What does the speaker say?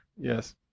Yes